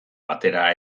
batera